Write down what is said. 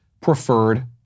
preferred